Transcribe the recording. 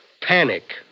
panic